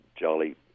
jolly